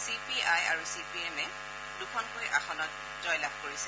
C P I আৰু C P এমে দুখনকৈ আসনত জয়লাভ কৰিছে